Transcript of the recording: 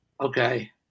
Okay